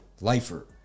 lifer